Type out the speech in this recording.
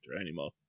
anymore